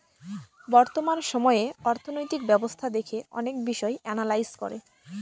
বর্তমান সময়ে অর্থনৈতিক ব্যবস্থা দেখে অনেক বিষয় এনালাইজ করে